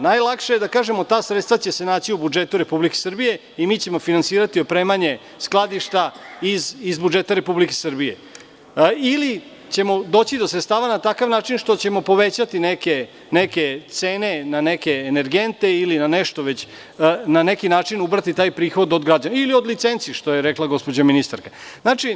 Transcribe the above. Najlakše je da kažemo – ta sredstva će se naći u budžetu Republike Srbije i mi ćemo finansirati opremanje skladišta iz budžeta Republike Srbije, ili ćemo doći do sredstava na takav način što ćemo povećati neke cene na neke energente ili na neki način ubrati taj prihod od građana ili od licenci, što je rekla gospođa ministarka.